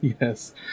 Yes